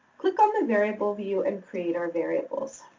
click on the variable view and create our variables.